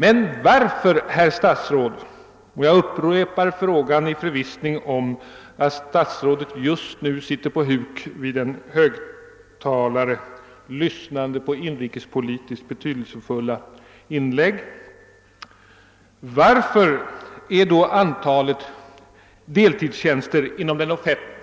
Men varför, herr statsråd — jag upprepar frågan i förvissning om att statsrådet just nu sitter på huk vid en högtalare, lyssnande på inrikespolitiskt betydelse fulla inlägg — är då antalet deltidstjänster inom den